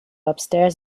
upstairs